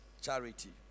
charity